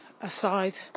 aside